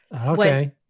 okay